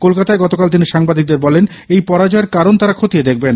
কলকাতায় গতকাল তিনি সাংবাদিকদের বলেন এই পরাজয়ের কারণ তারা খতিয়ে দেখবেন